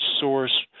source